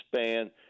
span